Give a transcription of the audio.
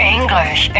English